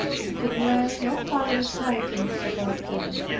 and could learn no further tidings about them.